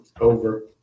over